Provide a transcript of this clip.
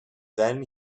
then